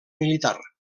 militar